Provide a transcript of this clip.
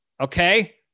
Okay